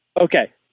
Okay